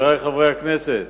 חברי חברי הכנסת,